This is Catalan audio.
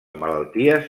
malalties